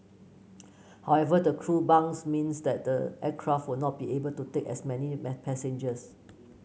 however the crew bunks means that the aircraft will not be able to take as many passengers